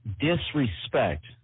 disrespect